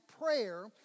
prayer